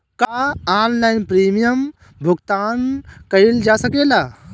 का online premium भुगतान कईल जा सकेला?